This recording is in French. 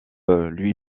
lui